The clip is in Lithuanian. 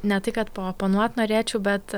ne tai kad paoponuoti norėčiau bet